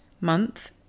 month